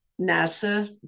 NASA